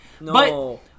No